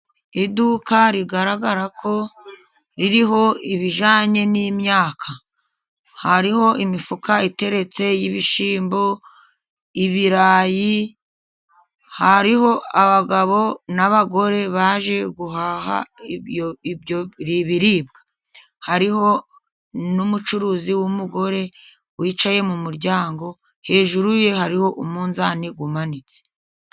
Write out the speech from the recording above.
Iduka rigaragara ko ririho ibijyanye n'imyaka. Hariho imifuka iteretse y'ibishyimbo, ibirayi, hariho abagabo n'abagore baje guhaha ibiribwa. Hariho umucuruzi w'umugore wicaye mu muryango, hejuru ye hariho umunzani umanitse.